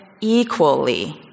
equally